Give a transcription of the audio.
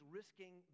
risking